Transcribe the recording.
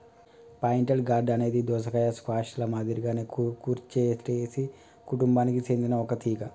pointed gourd అనేది దోసకాయ, squash ల మాదిరిగానే కుకుర్చిటేసి కుటుంబానికి సెందిన ఒక తీగ